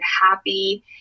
happy